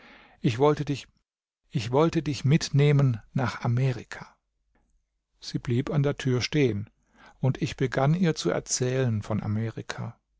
ich wollte dich ich wollte dich mitnehmen nach amerika sie blieb an der tür stehen und ich begann ihr zu erzählen von amerika